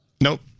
Nope